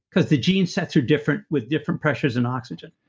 because the gene sets are different with different pressures in oxygen.